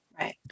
right